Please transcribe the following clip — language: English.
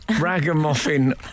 Ragamuffin